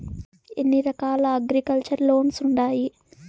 ఎన్ని రకాల agriculture loans ఉండాయి